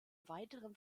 weiteren